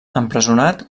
empresonat